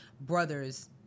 brothers